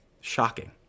Shocking